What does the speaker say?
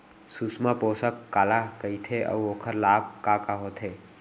सुषमा पोसक काला कइथे अऊ ओखर लाभ का का होथे?